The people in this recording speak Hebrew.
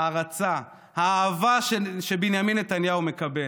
ההערצה, האהבה שבנימין נתניהו מקבל.